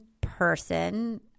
person